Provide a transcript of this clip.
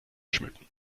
schmücken